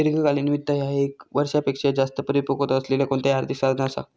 दीर्घकालीन वित्त ह्या ये क वर्षापेक्षो जास्त परिपक्वता असलेला कोणताही आर्थिक साधन असा